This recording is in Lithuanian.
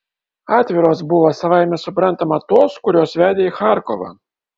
atviros buvo savaime suprantama tos kurios vedė į charkovą